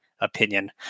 opinion